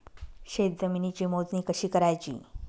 शेत जमिनीची मोजणी कशी करायची?